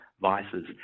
vices